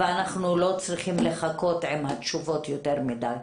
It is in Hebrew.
ואנחנו לא צריכים לחכות עם התשובות יותר מדיי.